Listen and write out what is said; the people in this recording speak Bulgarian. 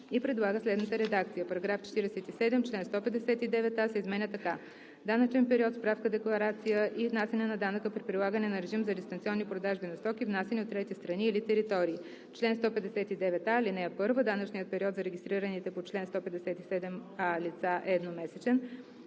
предлага следната редакция: „§ 47. Член 159а се изменя така: „Данъчен период, справка-декларация и внасяне на данъка при прилагане на режим за дистанционни продажби на стоки, внасяни от трети страни или територии „Чл. 159а. (1) Данъчният период за регистрираните по чл. 157а лица е едномесечен.